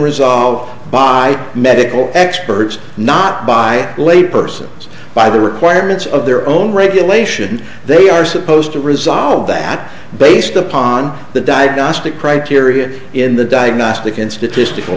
resolved by medical experts not by lay persons by the requirements of their own regulations they are supposed to resolve that based upon the diagnostic criteria in the diagnostic and statistical